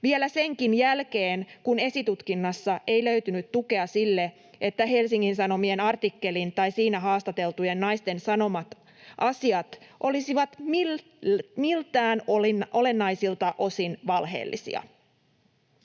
vielä senkin jälkeen, kun esitutkinnassa ei löytynyt tukea sille, että Helsingin Sanomien artikkelin tai siinä haastateltujen naisten sanomat asiat olisivat miltään olennaisilta osin valheellisia?